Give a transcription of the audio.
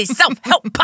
self-help